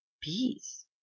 peace